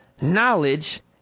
knowledge